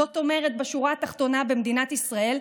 זאת אומרת, בשורה התחתונה, במדינת ישראל,